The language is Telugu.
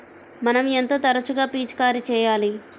మనం ఎంత తరచుగా పిచికారీ చేయాలి?